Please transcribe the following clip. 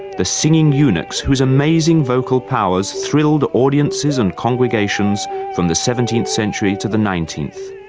the singing eunuchs whose amazing vocal powers thrilled audiences and congregations from the seventeenth century to the nineteenth.